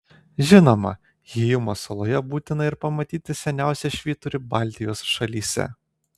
žinoma hyjumos saloje būtina ir pamatyti seniausią švyturį baltijos šalyse